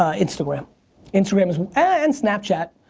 ah instagram instagram so and snapchat.